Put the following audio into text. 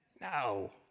No